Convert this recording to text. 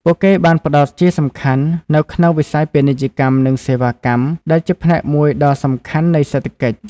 ពួកគេបានផ្តោតជាសំខាន់នៅក្នុងវិស័យពាណិជ្ជកម្ម និងសេវាកម្ម ដែលជាផ្នែកមួយដ៏សំខាន់នៃសេដ្ឋកិច្ច។